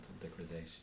degradation